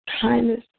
kindness